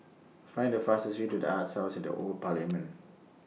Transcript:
Find The fastest Way to The Arts House At The Old Parliament